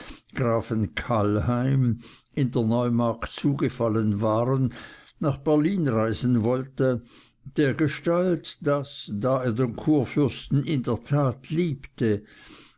grafen kallheim in der neumark zugefallen waren nach berlin reisen wollte dergestalt daß da er den kurfürsten in der tat liebte